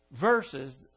verses